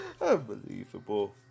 Unbelievable